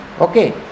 Okay